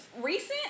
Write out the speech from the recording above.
recent